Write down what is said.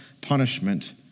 punishment